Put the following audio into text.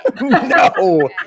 no